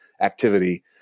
activity